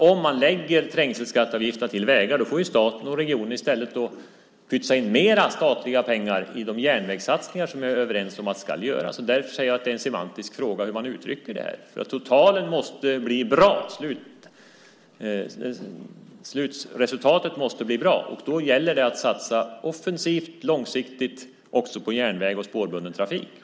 Om man använder trängselskatteavgifterna till vägarna får ju staten och regionen i stället pytsa in mer statliga pengar i de järnvägssatsningar som vi är överens om ska göras. Därför säger jag att det är en semantisk fråga hur man uttrycker det här. Totalen måste bli bra. Slutresultatet måste bli bra. Då gäller det att satsa offensivt och långsiktigt också på järnväg och spårbunden trafik.